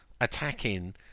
attacking